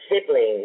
siblings